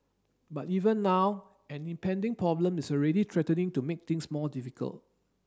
but even now an impending problem is already threatening to make things more difficult